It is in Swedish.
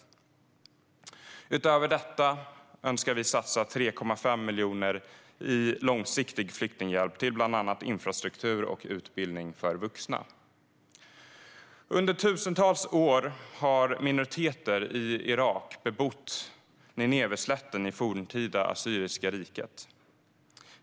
Utöver detta önskar vi satsa 3,5 miljarder i långsiktig flyktinghjälp på bland annat infrastruktur och utbildning för vuxna. Under tusentals år har minoriteter i Irak bebott Nineveslätten i forntida assyriska riket.